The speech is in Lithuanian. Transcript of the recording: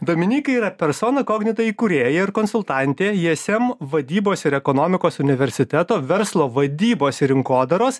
dominyka yra persona kognita įkūrėja ir konsultantė i es em vadybos ir ekonomikos universiteto verslo vadybos ir rinkodaros